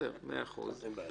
מאה אחוז.